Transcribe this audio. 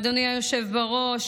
אדוני היושב בראש,